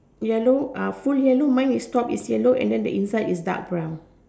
yellow ah full yellow mine is top is yellow and then the inside is dark brown